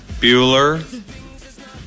Bueller